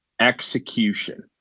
execution